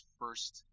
first